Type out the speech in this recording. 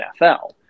NFL